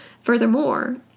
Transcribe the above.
furthermore